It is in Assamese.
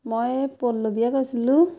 মই পল্লৱীয়ে কৈছিলোঁ